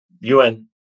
UN